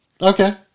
Okay